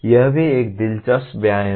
यह भी एक दिलचस्प व्यायाम है